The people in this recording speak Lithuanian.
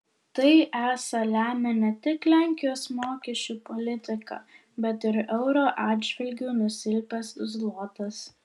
tai esą lemia ne tik lenkijos mokesčių politika bet ir euro atžvilgiu nusilpęs zlotas